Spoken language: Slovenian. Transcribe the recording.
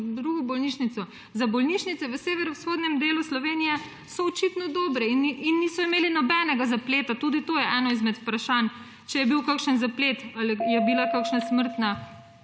drugo bolnišnico, za bolnišnico v severovzhodnem delu Slovenije so očitne dobri in niso imeli nobenega zapleta. Tudi to je eno izmed vprašanj, če je bil kakšen zaplet ali je bila kakšna smrtna